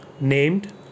named